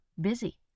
busy